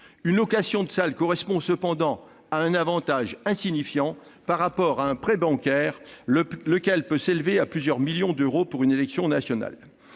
une location de salle correspond à un avantage insignifiant par rapport à un prêt bancaire, lequel peut s'élever à plusieurs millions d'euros pour une élection nationale.